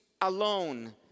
alone